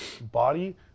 body